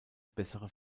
bessere